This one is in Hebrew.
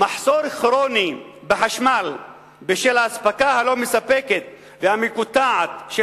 מחסור כרוני בחשמל בשל האספקה הלא-מספקת והמקוטעת של